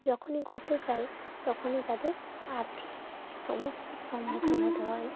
যখনই করতে চায় তখনই তাদের আর্থিক সমস্যার সম্মুখীন হতে হয়